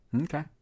okay